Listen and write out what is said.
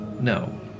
no